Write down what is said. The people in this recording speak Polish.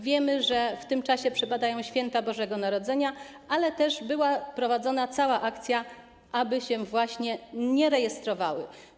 Wiemy, że w tym czasie przypadają święta Bożego Narodzenia, ale też była prowadzona cała akcja, aby właśnie się nie rejestrowały.